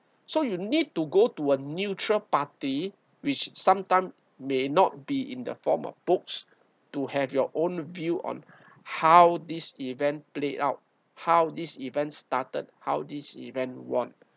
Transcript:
so you need to go to a neutral party which sometime may not be in the form of books to have your own view on how this event played out how this event started how this event won